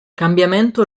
cambiamento